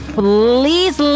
please